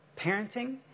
Parenting